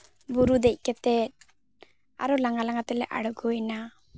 ᱵᱩᱨᱩ ᱫᱮᱡ ᱠᱟᱛᱮ ᱟᱨᱚ ᱞᱟᱝᱜᱟ ᱞᱟᱝᱜᱟ ᱛᱮᱞᱮ ᱟᱬᱜᱚᱭ ᱮᱱᱟ